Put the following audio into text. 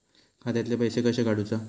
खात्यातले पैसे कशे काडूचा?